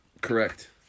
Correct